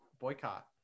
Boycott